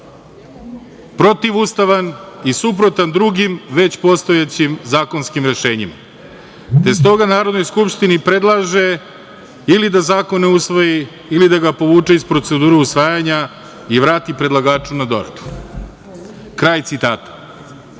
protivustavan i suprotan drugim već postojećim zakonskim rešenjima, te stoga Narodnoj skupštini predlaže ili da zakon ne usvoji, ili da ga povuče iz procedure usvajanja i vrati predlagaču na doradu“.Drugarice